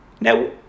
Now